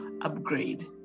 upgrade